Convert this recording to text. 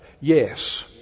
Yes